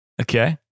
Okay